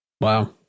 Wow